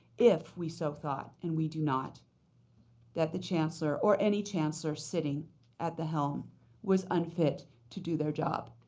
if we so thought, and we do not that the chancellor, or any chancellor sitting at the helm was unfit to do their job.